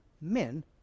men